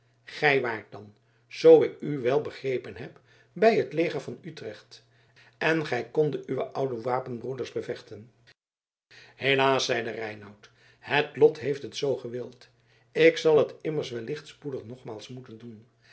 gij waart dan zoo ik u wel begrepen heb bij het leger van utrecht en gij kondet uwe oude wapenbroeders bevechten helaas zeide reinout het lot heeft het zoo gewild ik zal het immers wellicht spoedig nogmaals moeten doen